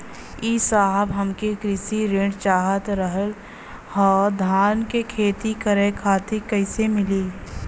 ए साहब हमके कृषि ऋण चाहत रहल ह धान क खेती करे खातिर कईसे मीली?